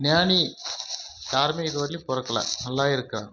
ஞானி யாரும் இது வர்லையும் பிறக்கல நல்லா இருக்கா